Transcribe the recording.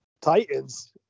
Titans